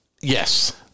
Yes